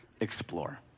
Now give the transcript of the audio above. explore